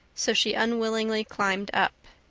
so she unwillingly climbed up.